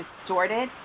distorted